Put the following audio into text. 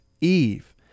Eve